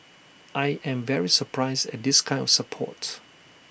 I am very surprised at this kind of support